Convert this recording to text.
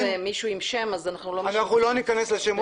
לא ניכנס לשמות.